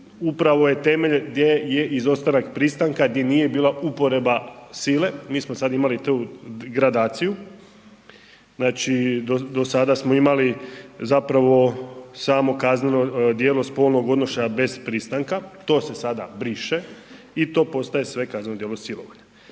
upravo je temelj gdje je izostanak pristanka gdje nije bila uporaba sile. Mi smo sad imali tu gradaciju, znači dosada smo imali zapravo samo kazneno djelo spolnog odnošaja bez pristanka to se sada briše i to sada postaje sve kazneno djelo silovanja.